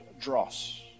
dross